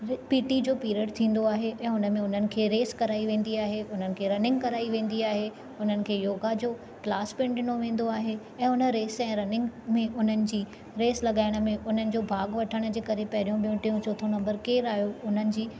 P T जो पीरियड थींदो आहे ऐं उन में हुननि खे रेस कराई वेंदी आहे हुननि खे रनिंग कराई वेंदी आहे हुननि खे योगा जो क्लास फंड ॾिनो वेंदो आहे ऐं हुन रेस ऐं रनिंग में उन्हनि जी रेस लॻाइण में उन्हनि जो भाॻु वठण जे करे पहिरियों ॿियों टियों चोथों नंबरु केरु आयो उनजी